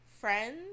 friends